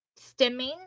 stimming